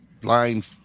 blind